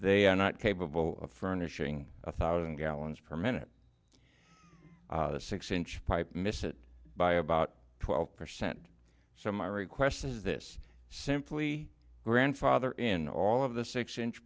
they are not capable of furnishing a thousand gallons per minute a six inch pipe missed it by about twelve percent so my request is this simply grandfather in all of the six inch